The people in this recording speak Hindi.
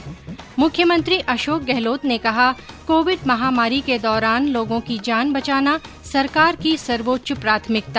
् मुख्यमंत्री अशोक गहलोत ने कहा कोविड महामारी के दौरान लोगों की जान बचाना सरकार की सर्वोच्च प्राथमिकता